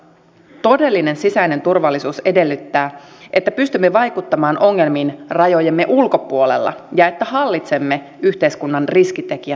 todellinen sisäinen turvallisuus edellyttää että pystymme vaikuttamaan ongelmiin rajojemme ulkopuolella ja että hallitsemme yhteiskunnan riskitekijät sisäpuolella